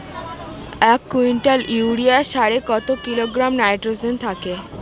এক quintal urea সারে কত কিলোগ্রাম নাইট্রোজেন থাকে?